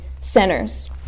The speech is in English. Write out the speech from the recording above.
centers